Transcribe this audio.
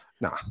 nah